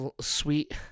sweet